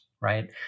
right